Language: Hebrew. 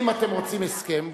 אם אתם רוצים הסכם,